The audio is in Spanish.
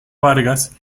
vargas